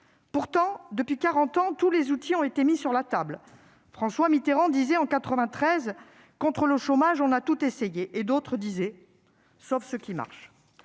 Pourtant, depuis quarante ans, tous les outils ont été mis sur la table. François Mitterrand disait en 1993 :« Contre le chômage, on a tout essayé. » D'autres répondaient :« Sauf ce qui marche !